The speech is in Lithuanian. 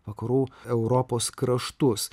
vakarų europos kraštus